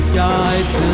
guides